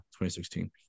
2016